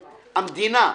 המדינה,